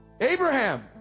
Abraham